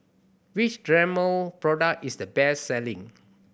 which Dermale product is the best selling